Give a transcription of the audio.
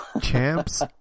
Champs